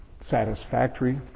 satisfactory